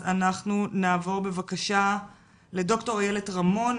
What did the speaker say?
נעבור בבקשה לד"ר איילת רמון,